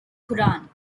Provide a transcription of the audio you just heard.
quran